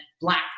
black